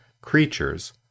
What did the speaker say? Creatures